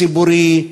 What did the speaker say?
ציבורי,